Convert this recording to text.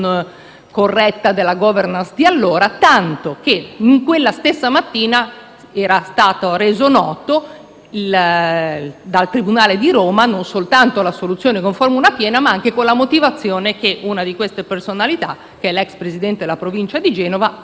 era stata resa nota dal tribunale di Roma non soltanto l'assoluzione in formula piena, ma anche con la motivazione che una di queste personalità, ossia l'ex Presidente della Provincia di Genova, aveva contrastato la situazione che si stava creando con difficoltà.